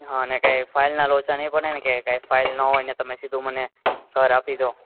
અને કય ફાઇલના લોચા નય પડે ને કે કાય ફાઇલ ન હોય ને તમે સીધું મને ઘર આપીદો